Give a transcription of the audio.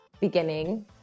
beginning